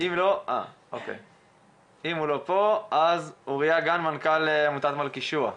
אם הוא לא פה אז אוריה גן, מנכ"ל עמותת מלכישוע.